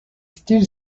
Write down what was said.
still